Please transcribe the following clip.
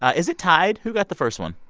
ah is it tied? who got the first one?